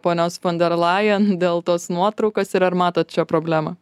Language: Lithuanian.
ponios fon der lajen dėl tos nuotraukos ir ar matot čia problemą